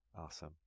Awesome